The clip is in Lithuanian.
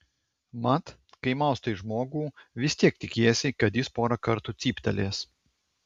mat kai maustai žmogų vis tiek tikiesi kad jis porą kartų cyptelės